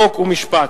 חוק ומשפט.